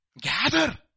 Gather